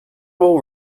will